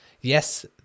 Yes